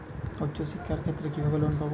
উচ্চশিক্ষার ক্ষেত্রে কিভাবে লোন পাব?